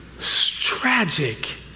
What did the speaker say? Tragic